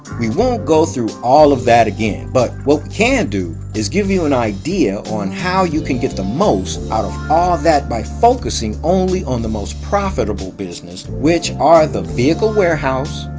we won't go through all of that again, but what we can do is give you an idea on how you can get the most out of all that by focusing only on the most profitable businesses, which are the vehicle warehouse,